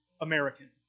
American